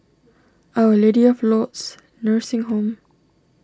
Our Lady of Lourdes Nursing Home